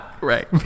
Right